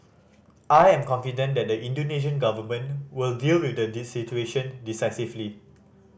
I am confident the Indonesian Government will deal with the this situation decisively